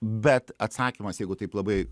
bet atsakymas jeigu taip labai